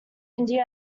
india